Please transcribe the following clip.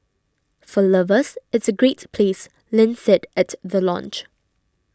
for lovers it's a great place Lin said at the launch